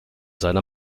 seine